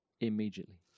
immediately